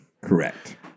Correct